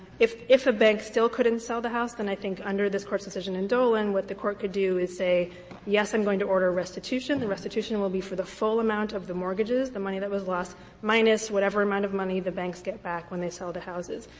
if if a bank still couldn't sell the house, then i think under this court's decision in dolan what the court could do say is yes, i'm going to order restitution the restitution will be for the full amount of the mortgages, the money that was lost minus whatever amount of money the banks get back when they sell the houses.